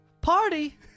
Party